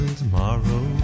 tomorrow